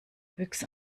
büx